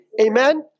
Amen